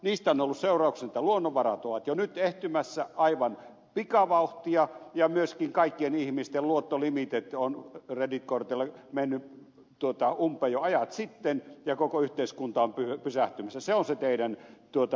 niistä on ollut seurauksena että luonnonvarat ovat jo nyt ehtymässä aivan pikavauhtia ja myöskin kaikkien ihmisten luottolimiitit ovat kreditkortilla menneet umpeen jo ajat sitten ja koko yhteiskunta on pysähtymässä